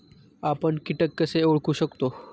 आपण कीटक कसे ओळखू शकतो?